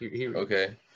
Okay